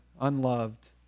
unloved